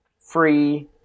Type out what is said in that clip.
free